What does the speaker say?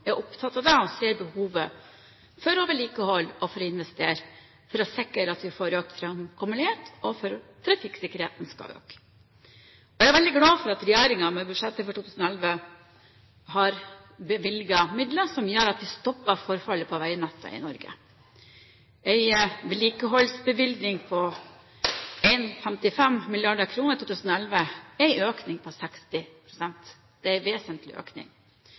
er opptatt av og ser behovet for å vedlikeholde og for å investere, for å sikre at vi får økt framkommelighet, og for at trafikksikkerheten skal øke. Jeg er veldig glad for at regjeringen i budsjettet for 2011 har bevilget midler som gjør at de stopper forfallet på veinettet i Norge. En vedlikeholdsbevilgning på 1,55 mrd. kr i 2011 er en økning på 60 pst. Det er en vesentlig økning.